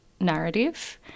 narrative